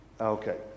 okay